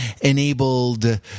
enabled